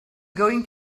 going